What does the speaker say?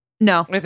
No